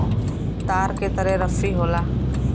तार के तरे रस्सी होला